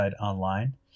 online